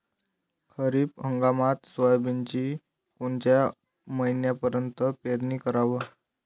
खरीप हंगामात सोयाबीनची कोनच्या महिन्यापर्यंत पेरनी कराव?